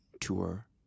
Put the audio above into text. tour